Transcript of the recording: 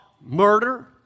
murder